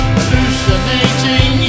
hallucinating